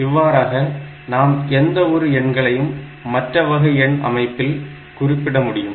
இவ்வாறாக நாம் எந்த ஒரு எண்களையும் மற்ற வகை எண் அமைப்பில் குறிப்பிடமுடியும்